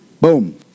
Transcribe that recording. Boom